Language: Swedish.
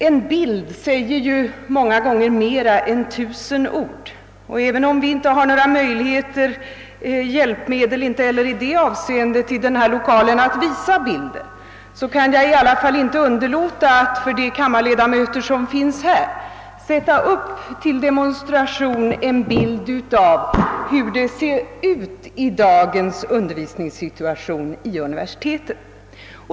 En bild säger många gånger mer än tusen ord, och även om vi inte heHer har några hjälpmedel att i denna lokal visa bilder kan jag inte underlåta att för de kammarledamöter som är närvarande sätta upp till demonstration en bild av hur det ser ut i dagens undervisningssituation vid universitetet.